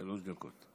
שלוש דקות.